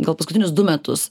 gal paskutinius du metus